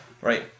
right